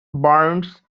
barnes